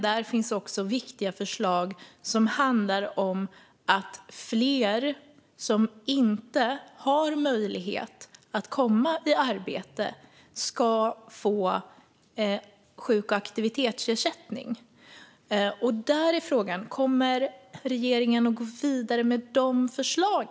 Där finns också viktiga förslag som handlar om att fler som inte har möjlighet att komma i arbete ska få sjuk och aktivitetsersättning. Kommer regeringen att gå vidare med dessa förslag?